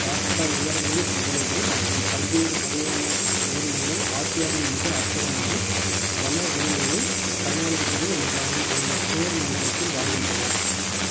ராட்சா உவர் நீர் முதலைகள் மற்றும் பல்வேறு வகையான உயிரினங்கள் ஆசியாவின் மிக அற்புதமான வனவிலங்குகள் சரணாலயங்களில் ஒன்றான இந்த சூழல் மண்டலத்தில் வாழ்கின்றன